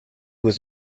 was